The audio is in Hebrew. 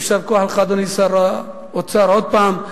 יישר כוח לך, אדוני שר האוצר, עוד פעם.